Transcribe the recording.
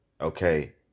okay